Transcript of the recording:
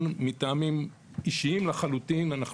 לפעול מטעמים אישיים לחלוטין למען הסדרת המצב בוולאג'ה,